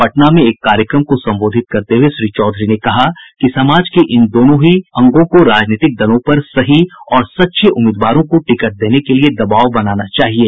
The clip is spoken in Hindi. पटना में एक कार्यक्रम को संबोधित करते हुये श्री चौधरी ने कहा कि समाज के इन दोनों ही अंगों को राजनीतिक दलों पर सही और सच्चे उम्मीदवारों को टिकट देने के लिये दवाब बनाना चाहिये